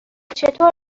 چطور